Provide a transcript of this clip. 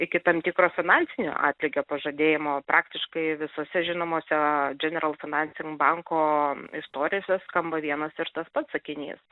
iki tam tikro finansinio atlygio pažadėjimo praktiškai visose žinomose general financing banko istorijose skamba vienas ir tas pats sakinys